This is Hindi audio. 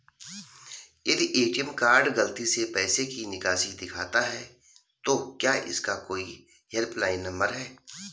यदि ए.टी.एम कार्ड गलती से पैसे की निकासी दिखाता है तो क्या इसका कोई हेल्प लाइन नम्बर है?